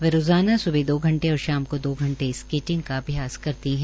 वह रोज़ाना स्बह दो घंटे और शाम को दो घंटे स्केटिंग का अभ्यास करती है